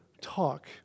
talk